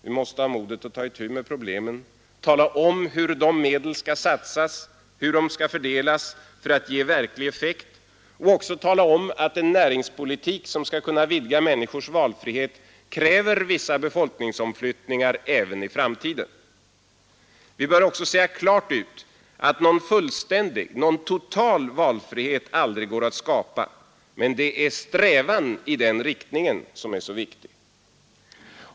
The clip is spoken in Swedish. Vi måste ha modet att ta itu med problemen, tala om hur de medel som kan satsas bör fördelas för att ge verklig effekt och också tala om att den näringspolitik som skall kunna vidga människors valfrihet kräver vissa befolkningsomflyttningar även i framtiden. Vi bör också klart säga ut att någon fullständig, någon total valfrihet aldrig går att skapa, men det är strävan i den riktningen som är så viktig.